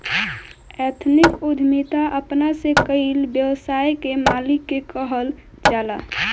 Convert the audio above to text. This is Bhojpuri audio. एथनिक उद्यमिता अपना से कईल व्यवसाय के मालिक के कहल जाला